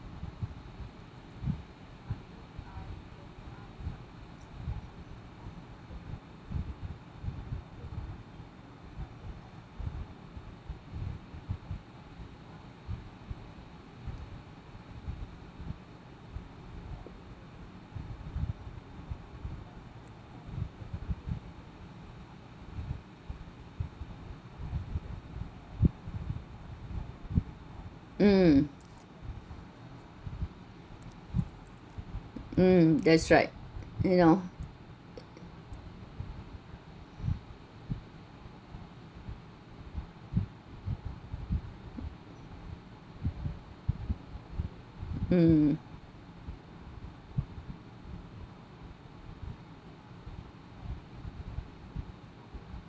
mm mm that's right you know mm